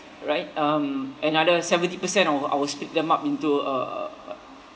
right um another seventy percent I will I will split them up into uh